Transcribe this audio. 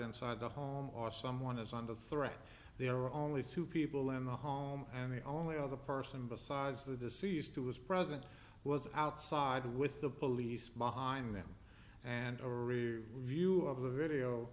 inside the home or someone is under threat there were only two people in the home and the only other person besides the deceased who was present was outside with the police behind them and henri review of the video